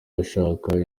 ashaka